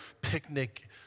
picnic